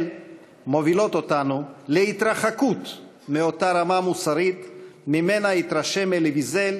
מובילות אותנו להתרחקות מאותה רמה מוסרית שממנה התרשם אלי ויזל,